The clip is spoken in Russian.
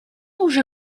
уже